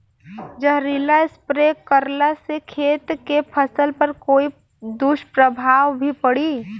जहरीला स्प्रे करला से खेत के फसल पर कोई दुष्प्रभाव भी पड़ी?